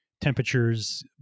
temperatures